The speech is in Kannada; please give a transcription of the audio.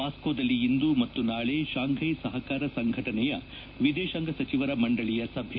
ಮಾಸ್ನೋದಲ್ಲಿ ಇಂದು ಮತ್ತು ನಾಳಿ ಶಾಂಘ್ವೆ ಸಹಕಾರ ಸಂಘಟನೆಯ ವಿದೇಶಾಂಗ ಸಚಿವರ ಮಂಡಳಿಯ ಸಭೆ